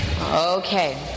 Okay